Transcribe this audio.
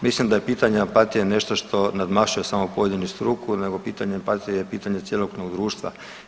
Mislim da je pitanje empatije nešto što nadmašuje samu pojedinu struku nego pitanje empatije je pitanje cjelokupnog društva.